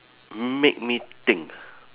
made me think